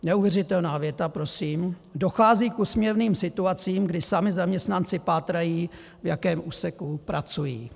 Neuvěřitelná věta prosím: Dochází k úsměvným situacím, kdy sami zaměstnanci pátrají, v jakém úseku pracují.